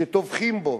שטובחים בו.